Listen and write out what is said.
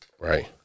right